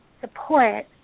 support